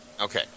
Okay